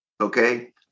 okay